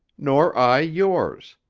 nor i yours.